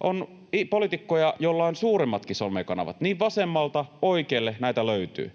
On poliitikkoja, joilla on suuremmatkin somekanavat. Vasemmalta oikealle näitä löytyy.